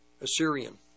Assyrian